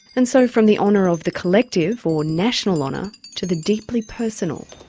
and so from the honour of the collective, or national honour, to the deeply personal.